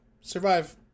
survive